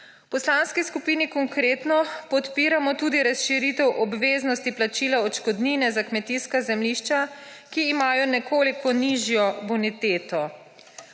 Poslanski skupini Konkretno podpiramo tudi razširitev obveznosti plačila odškodnine za kmetijska zemljišča, ki imajo nekoliko nižjo boniteto.